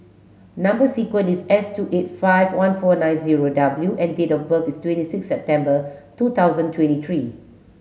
number sequence is S two eight five one four nine zero W and date of birth is twenty six September two thousand twenty three